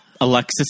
Alexis